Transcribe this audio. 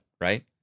right